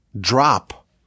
drop